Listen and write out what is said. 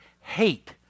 hate